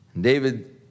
David